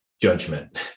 judgment